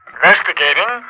Investigating